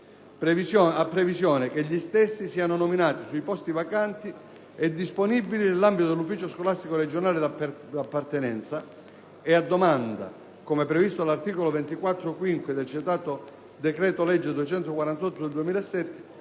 previsione che gli stessi siano nominati sui posti vacanti e disponibili nell'ambito dell'ufficio scolastico regionale d'appartenenza e a domanda, come previsto dall'articolo 24-*quinquies* del citato decreto-legge n. 248 del 2007,